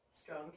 strong